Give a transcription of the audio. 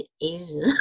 Asian